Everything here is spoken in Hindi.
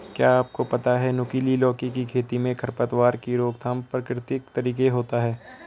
क्या आपको पता है नुकीली लौकी की खेती में खरपतवार की रोकथाम प्रकृतिक तरीके होता है?